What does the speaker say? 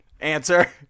Answer